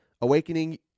Awakening